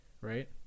right